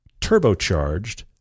turbocharged